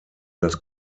das